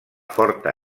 forta